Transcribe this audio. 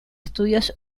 estudios